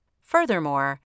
Furthermore